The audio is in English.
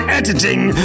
editing